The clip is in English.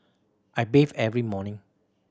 I bathe every morning